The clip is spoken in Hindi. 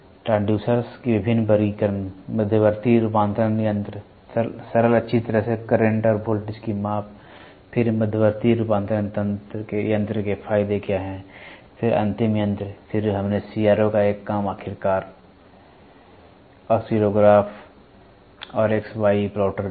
ट्रांसड्यूसर्स के विभिन्न वर्गीकरण मध्यवर्ती रूपांतरण यंत्र सरल अच्छी तरह से करंट और वोल्टेज की माप फिर मध्यवर्ती रूपांतरण यंत्र के फायदे क्या हैं फिर अंतिम यंत्र फिर हमने सीआरओ का एक काम आखिरकार ऑसिलोग्राफ और एक्सवाई प्लॉटर देखा